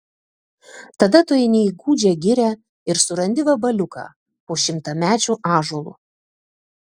tada tu eini į gūdžią girią ir surandi vabaliuką po šimtamečiu ąžuolu